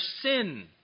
sin